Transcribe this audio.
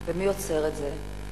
ומי עוצר את זה?